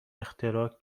اختراع